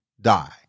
die